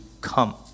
come